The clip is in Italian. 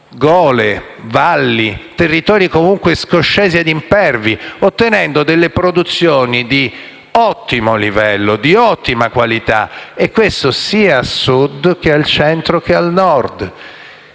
gole, valli e territori comunque scoscesi e impervi, ottenendo produzioni di ottimo livello e qualità e questo sia al Sud, che al Centro, che al Nord.